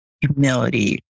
humility